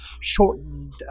shortened